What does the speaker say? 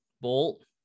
bolt